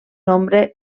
nombre